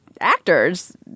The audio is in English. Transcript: actors